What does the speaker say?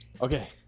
Okay